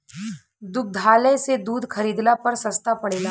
दुग्धालय से दूध खरीदला पर सस्ता पड़ेला?